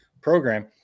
program